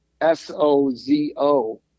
S-O-Z-O